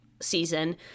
season